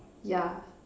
yeah